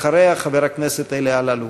אחריה, חבר הכנסת אלי אלאלוף.